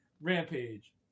Rampage